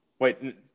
Wait